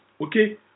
Okay